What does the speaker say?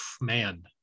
man